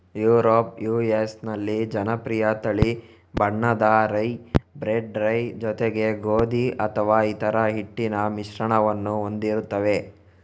Europe US ನಲ್ಲಿ ಜನಪ್ರಿಯ ತಿಳಿ ಬಣ್ಣದ ರೈ, ಬ್ರೆಡ್ ರೈ ಜೊತೆಗೆ ಗೋಧಿ ಅಥವಾ ಇತರ ಹಿಟ್ಟಿನ ಮಿಶ್ರಣವನ್ನು ಹೊಂದಿರುತ್ತವೆ